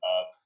up